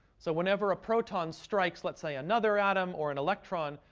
so whenever a proton strikes, let's say another atom or an electron,